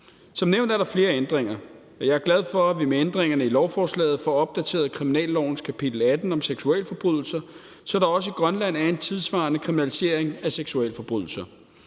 Som nævnt er der flere ændringer. Jeg er glad for, at vi med ændringerne i lovforslaget får opdateret kriminallovens kapitel 18 om seksualforbrydelser, så der også i Grønland er en tidssvarende kriminalisering af seksualforbrydelser.